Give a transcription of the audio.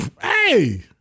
Hey